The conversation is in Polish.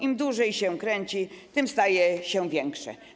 Im dłużej się kręci, tym staje się większe.